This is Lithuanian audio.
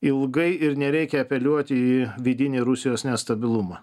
ilgai ir nereikia apeliuoti į vidinį rusijos nestabilumą